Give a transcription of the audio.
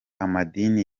amadini